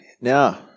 now